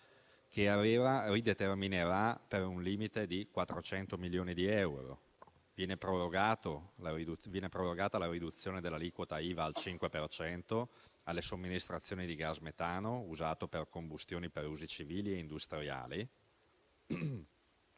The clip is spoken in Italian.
che ARERA rideterminerà per un limite di 400 milioni di euro. Viene prorogata la riduzione dell'aliquota IVA al 5 per cento alle somministrazioni di gas metano usato per combustioni per usi civili e industriali,